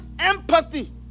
empathy